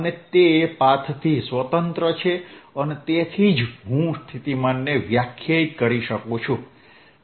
અને તે પાથથી સ્વતંત્ર છે અને તેથી જ હું સ્થિતિમાનને વ્યાખ્યાયિત કરી શકું છું